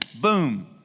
boom